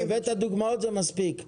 הבאת מספיק דוגמאות.